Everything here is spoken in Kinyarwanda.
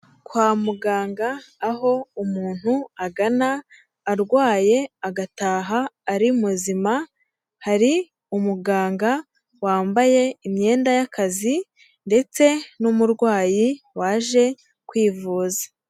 Kwa muganga aho umuntu agana arwaye agataha ari muzima, hari umuganga wambaye imyenda y'akazi ndetse n'umurwayi waje kwivuza.